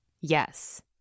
Yes